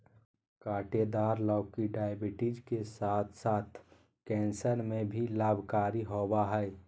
काँटेदार लौकी डायबिटीज के साथ साथ कैंसर में भी लाभकारी होबा हइ